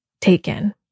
taken